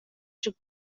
should